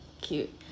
cute